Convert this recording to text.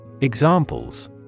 Examples